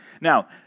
Now